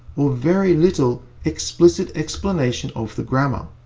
or very little explicit explanation of the grammar.